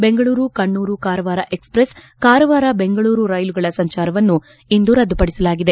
Bengaluru Kannur Karwar express Karwar Bengaluru ರೈಲುಗಳ ಸಂಚಾರವನ್ನು ಇಂದು ರದ್ದುಪಡಿಸಲಾಗಿದೆ